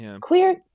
queer